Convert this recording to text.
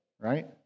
right